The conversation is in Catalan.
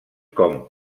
com